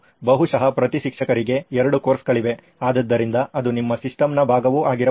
ಬಹುಶಃ ಪ್ರತಿ ಶಿಕ್ಷಕರಿಗೆ ಎರಡು ಕೋರ್ಸ್ಗಳಿವೆ ಆದ್ದರಿಂದ ಅದು ನಿಮ್ಮ ಸಿಸ್ಟಮ್ನ ಭಾಗವೂ ಆಗಿರಬಹುದು